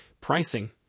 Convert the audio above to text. Pricing